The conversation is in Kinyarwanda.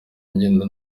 ngenda